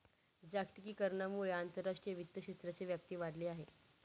जागतिकीकरणामुळे आंतरराष्ट्रीय वित्त क्षेत्राची व्याप्ती वाढली आहे